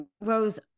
Rose